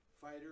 fighter